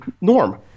Norm